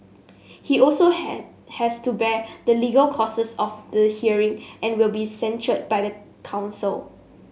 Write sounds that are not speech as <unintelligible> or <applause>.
he also <unintelligible> has to bear the legal costs of the hearing and will be censured by the council